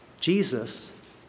Jesus